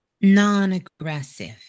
non-aggressive